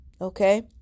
okay